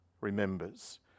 remembers